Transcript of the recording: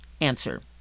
Answer